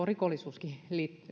rikollisuuskin